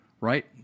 right